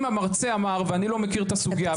אם המרצה אמר ואני לא מכיר את הסוגייה,